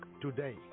today